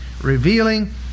revealing